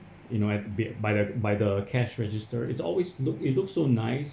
in you know by the by the cash register it's always look it looks so nice